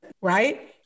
right